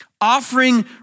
offering